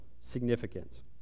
significance